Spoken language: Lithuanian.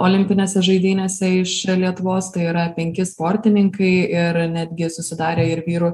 olimpinėse žaidynėse iš lietuvos tai yra penki sportininkai ir netgi susidarė ir vyrų